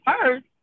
first